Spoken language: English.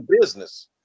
business